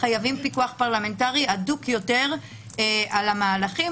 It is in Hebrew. חייבים פיקוח פרלמנטרי הדוק יותר על המהלכים.